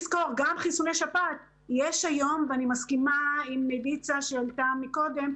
אני מסכימה עם דיצה שדיברה מקודם,